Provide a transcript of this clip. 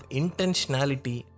intentionality